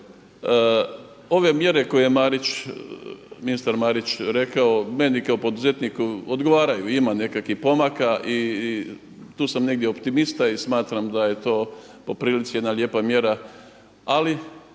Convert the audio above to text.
Ove mjere koje je Marić, ministar Marić rekao meni kao poduzetniku odgovaraju, ima nekakvih pomaka i tu sam negdje optimista i smatram da je to po prilici jedna lijepa mjera. Ali